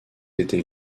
été